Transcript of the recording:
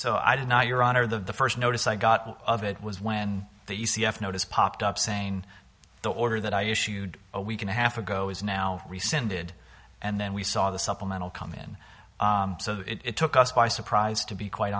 so i did not your honor the first notice i got of it was when the c f notice popped up saying the order that i issued a week and a half ago is now rescinded and then we saw the supplemental come in so it took us by surprise to be quite